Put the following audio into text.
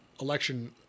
election